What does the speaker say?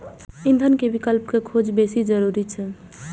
ईंधन के विकल्प के खोज बेसी जरूरी छै